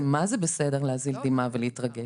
זה מה זה בסדר להזיל דמעה ולהתרגש.